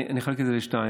אני אחלק את זה לשניים.